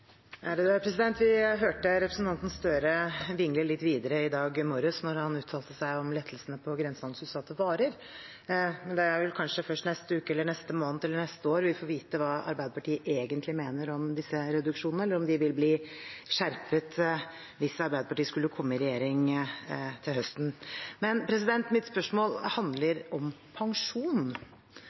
Støre vingle litt videre i dag morges da han uttalte seg om lettelsene på grensehandelsutsatte varer. Men det er vel kanskje først neste uke, eller neste måned eller neste år vi får vite hva Arbeiderpartiet egentlig mener om disse reduksjonene, eller om de vil bli skjerpet hvis Arbeiderpartiet skulle komme i regjering til høsten. Men mitt spørsmål handler om pensjon,